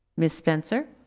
ms. spencer?